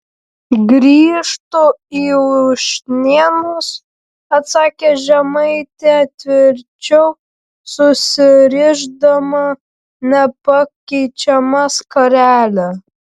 grįžtu į ušnėnus atsakė žemaitė tvirčiau susirišdama nepakeičiamą skarelę